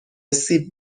سیب